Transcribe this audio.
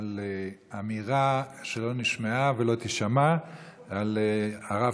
על אמירה שלא נשמעה ולא תישמע על הרב